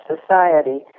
society